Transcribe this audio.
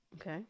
Okay